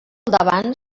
davant